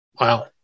Wow